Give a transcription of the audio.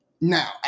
now